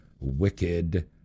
Wicked